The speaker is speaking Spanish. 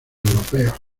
europeos